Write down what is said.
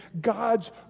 God's